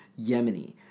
Yemeni